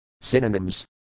Synonyms